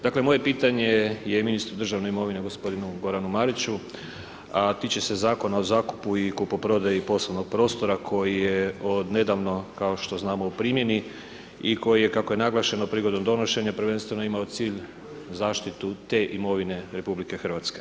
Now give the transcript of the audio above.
Dakle, moje pitanje je ministru državne imovine g. Goranu Mariću, a tiče se Zakona o zakupu i kupoprodaji poslovnog prostora koji je odnedavno, kao što znamo, u primjeni i koji je, kako je naglašeno, prigodom donošenja, prvenstveno imao cilj zaštitu te imovine RH.